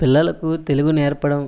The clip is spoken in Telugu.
పిల్లలకు తెలుగు నేర్పడం